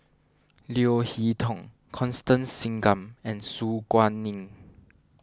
Leo Hee Tong Constance Singam and Su Guaning